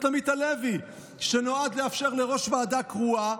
עמית הלוי שנועד לאפשר לראש ועדה קרואה